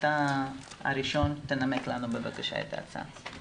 אתה הראשון תנמק לנו בבקשה את ההצעה.